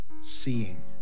seeing